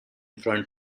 front